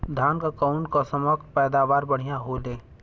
धान क कऊन कसमक पैदावार बढ़िया होले?